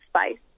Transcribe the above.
space